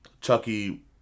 Chucky